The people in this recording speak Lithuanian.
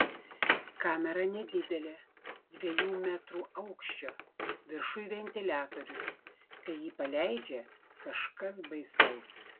kamera nedidelė dviejų metrų aukščio viršuj ventiliatorius kai jį paleidžia kažkas baisaus